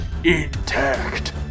Intact